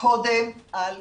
קודם אל תזיק.